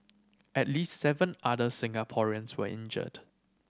at least seven other Singaporeans were injured